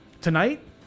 Tonight